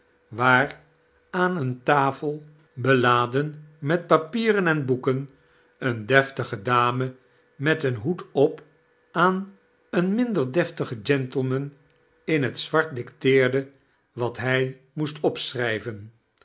waar aan eene tafel beladen met papieren en boeken eene deftige dame met een hoed op aan een minder deftigen gentleman in t zwart dicteerde wat hij moest